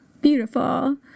beautiful